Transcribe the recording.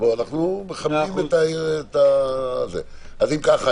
אז אם כך,